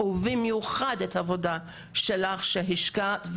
ובמיוחד את העבודה שלך, שהשקעת.